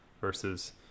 versus